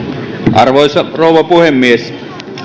arvoisa rouva puhemies